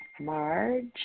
Marge